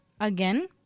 Again